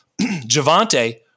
Javante